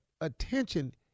attention